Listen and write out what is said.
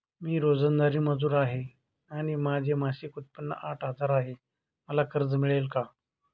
मी रोजंदारी मजूर आहे आणि माझे मासिक उत्त्पन्न आठ हजार आहे, मला कर्ज मिळेल का?